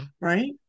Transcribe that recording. right